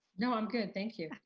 no, i'm good, thank you.